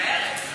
מצטערת.